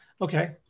Okay